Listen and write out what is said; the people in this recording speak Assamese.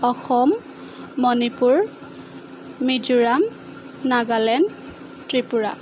অসম মণিপুৰ মিজোৰাম নাগালেণ্ড ত্ৰিপুৰা